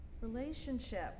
relationship